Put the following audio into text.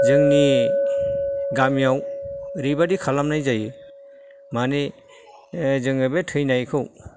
जोंनि गामियाव ओरैबायदि खालामनाय जायो माने जोङो बे थैनायखौ